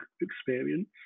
experience